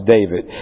David